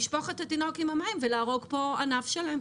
לשפוך את התינוק עם המים ולהרוג פה ענף שלם.